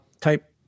type